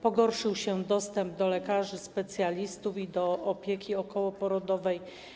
Pogorszył się dostęp do lekarzy specjalistów i do opieki okołoporodowej.